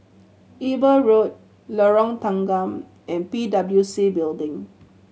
Eber Road Lorong Tanggam and P W C Building